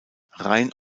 rein